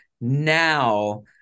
now